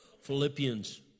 Philippians